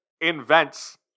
Invents